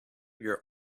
your